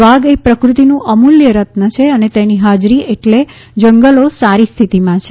વાઘ એ પ્રકૃતિનું અમૂલ્ય રત્ન છે અને તેની હાજરી એટલે જંગલો સારી સ્થિતિમાં છે